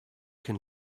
can